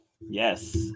Yes